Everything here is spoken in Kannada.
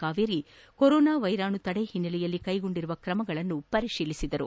ಕಾವೇರಿ ಕೊರೊನಾ ವೈರಾಣು ತಡೆ ಹಿನ್ನೆಲೆಯಲ್ಲಿ ಕೈಗೊಂಡಿರುವ ತ್ರಮಗಳನ್ನು ಪರಿಶೀಲಿಸಿದರು